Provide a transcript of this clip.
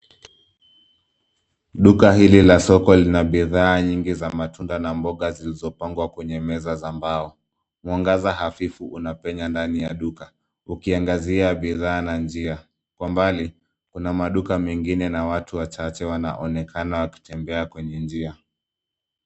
Duka hili la soko lina bidhaa nyingi za matunda na mboga zilizopangwa kwenye meza za mbao. Mwangaza hafifu unapenya ndani ya duka, ukiangazia bidhaa na njia. Kwa mbali, kuna maduka mengine na watu wachache wanaonekana wakitembea kwenye njia.